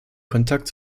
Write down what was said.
kontakt